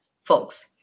folks